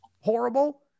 horrible